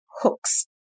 hooks